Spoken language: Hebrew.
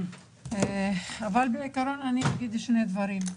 אבל בעיקרון, אגיד שני דברים.